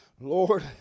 Lord